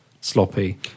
sloppy